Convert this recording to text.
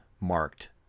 marked